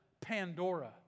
Pandora